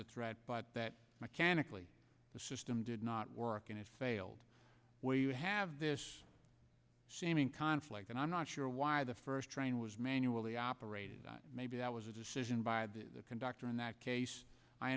the threat but that mechanically the system did not work and it failed where you have this seeming conflict i'm not sure why the first train was manually operated maybe that was a decision by the conductor in that case i